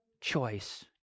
choice